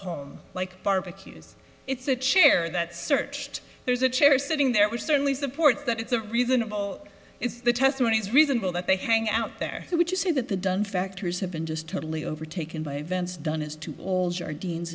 home like barbecues it's a chair that searched there's a chair sitting there were certainly supports that it's a reasonable if the testimony is reasonable that they hang out there would you say that the dunn factors have been just totally overtaken by events dunn is too old your dean